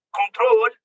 control